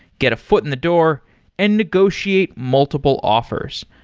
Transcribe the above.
get a foot in the door and negotiate multiple offers.